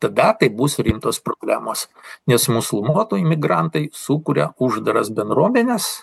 tada tai bus rimtos problemos nes musulmonų imigrantai sukuria uždaras bendruomenes